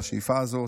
בשאיפה הזאת.